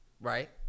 right